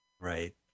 Right